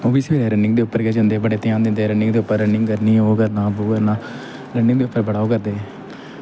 ओह् बी सवेरै रनिंग दे उप्पर गै जंदे बड़े ध्यान दिंदे रनिंग दे उप्पर रनिंग करनी ओह् करना बो करना रनिंग उप्पर बड़ा ओह् करदे